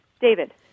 David